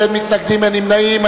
אין מתנגדים ואין נמנעים.